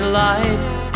lights